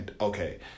okay